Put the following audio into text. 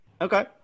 Okay